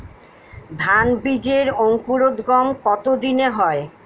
ধান বীজের অঙ্কুরোদগম কত দিনে হয়?